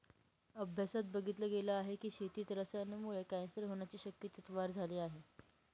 अभ्यासात बघितल गेल आहे की, शेतीत रसायनांमुळे कॅन्सर होण्याच्या शक्यतेत वाढ झाली आहे